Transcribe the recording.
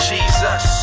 Jesus